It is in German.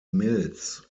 milz